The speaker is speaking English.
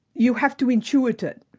you have to intuit it,